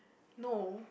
no